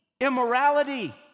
immorality